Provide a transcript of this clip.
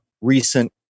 recent